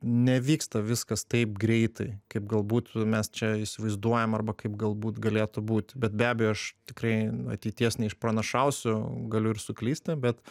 nevyksta viskas taip greitai kaip galbūt mes čia įsivaizduojam arba kaip galbūt galėtų būt bet be abejo aš tikrai ateities neišpranašausiu galiu ir suklysti bet